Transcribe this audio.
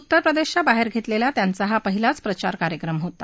उत्तरप्रदेशच्या बाहेर घेतलेला हा त्यांचा पहिलाच प्रचार कार्यक्रम होता